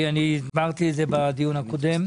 אני הסברתי את זה בדיון הקודם.